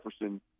Jefferson